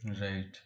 Right